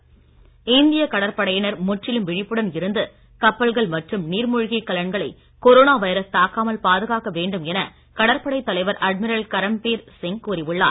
கப்பற்படை இந்திய கடற்படையினர் முற்றிலும் விழிப்புடன் இருந்து கப்பல்கள் மற்றும் நீர் மூழ்கிக் கலன்களை கொரோனா வைரஸ் தாக்காமல் பாதுகாக்க வேண்டும் என கடற்படைத் தலைவர் அட்மிரல் கரம்பீர் சிங் உள்ளார்